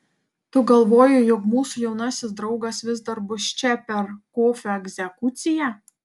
tu galvoji jog mūsų jaunasis draugas vis dar bus čia per kofio egzekuciją